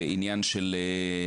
זה עניין של יום,